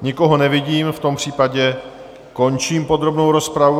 Nikoho nevidím, v tom případě končím podrobnou rozpravu.